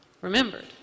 remembered